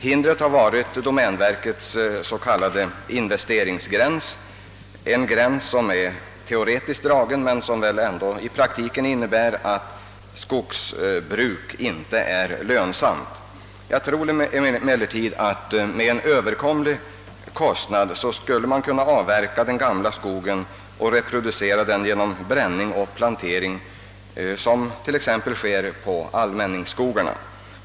Hindret har varit domänverkets s.k. investeringsgräns — en gräns som är teoretiskt dragen men som väl ändå i praktiken innebär att skogsbruk inte är lönsamt. Jag tror emellertid att man till en överkomlig kostnad skulle kunna avverka den gamla skogen och reproducera den genom bränning och plantering, så som sker t. ex, på allmänningsskogarna.